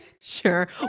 Sure